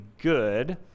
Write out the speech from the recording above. good